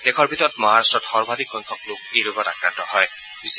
দেশৰ ভিতৰত মহাৰট্টত সৰ্বাধিক সংখ্যক লোক এই ৰোগত আক্ৰান্ত হৈছে